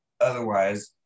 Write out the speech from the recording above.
otherwise